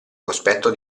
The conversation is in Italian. cospetto